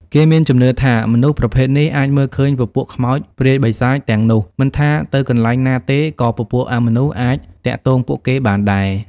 គេមានជំនឿថាមនុស្សប្រភេទនេះអាចមើលឃើញពពួកខ្មោចព្រាយបិសាចទាំងនោះមិនថាទៅកន្លែងណាទេក៏ពពួកអមនុស្សអាចទាក់ទងពួកគេបានដែរ